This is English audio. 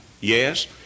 yes